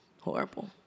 horrible